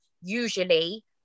usually